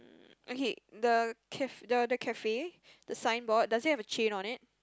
um okay the caf~ the the cafe the signboard does it have a chain on it